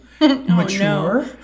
mature